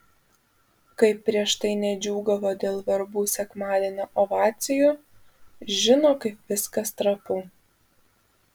kaip prieš tai nedžiūgavo dėl verbų sekmadienio ovacijų žino kaip viskas trapu